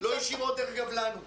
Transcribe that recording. לא ישירות, דרך אגב, לנו,